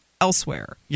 elsewhere